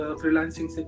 freelancing